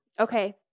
Okay